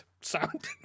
Sound